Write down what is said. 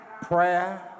Prayer